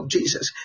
Jesus